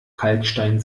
kalkstein